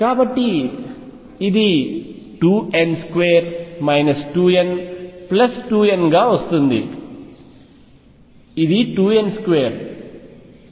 కాబట్టి ఇది 2n2 2n2n గా వస్తుంది ఇది 2 n 2